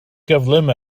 gyflym